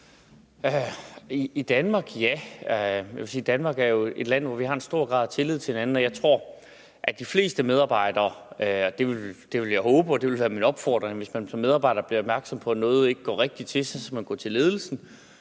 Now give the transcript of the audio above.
at Danmark jo er et land, hvor vi har en stor grad af tillid til hinanden. Jeg tror, at det gælder de fleste medarbejdere – det vil jeg håbe, og det vil være min opfordring – at man, hvis man bliver opmærksom på, at noget ikke går rigtigt til, så går til ledelsen.